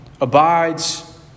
abides